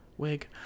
wig